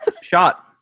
shot